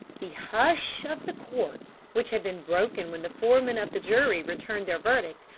the hush of the court, which had been broken when the foreman of the jury returned their verdict,